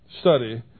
study